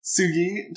Sugi